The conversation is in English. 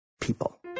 people